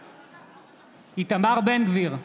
בעד איתמר בן גביר,